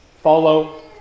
Follow